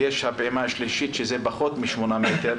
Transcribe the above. ויש הפעימה השלישית, שזה פחות משמונה מטרים,